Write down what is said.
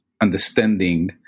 understanding